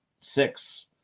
six